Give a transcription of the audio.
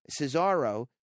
Cesaro